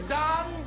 done